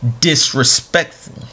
disrespectful